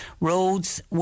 Roads